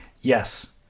Yes